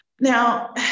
Now